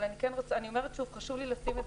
אבל אני אומרת שוב: חשוב לי לשים את